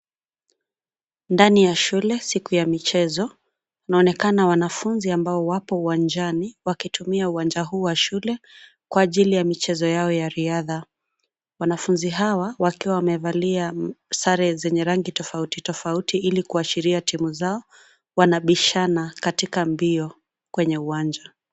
Ndani ya shule siku ya michezo inaonekana wanafunzi ambao wapo uwanjani, wakitumia uwanja huu wa shule kwa ajili michezo yao ya riadha. Wanafunzi hawa wakiwa wamevalia sare zenye rangi tofauti tofauti ili kuashiria timu zao wanabishana katika mbio kwenye uwanja.